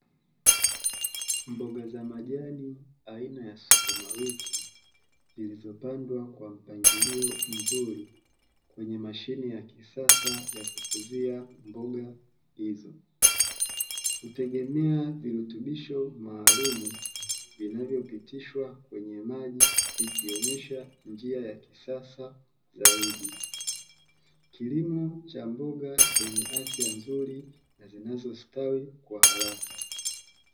Mboga za majani aina ya sukuma wiki zilizopandwa kwa mpangilio mzuri kwenye mashine ya kisasa ya kukuzia mboga hizo. Hutegemea virutubisho maalumu vinavyopitishwa kwenye maji ikionyesha njia ya kisasa zaidi. Kilimo cha mboga zenye afya nzuri na zinazostawi kwa haraka.